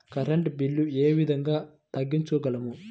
Current bill ఏ విధంగా తగ్గించుకోగలము?